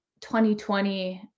2020